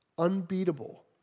unbeatable